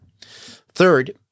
Third